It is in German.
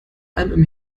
allem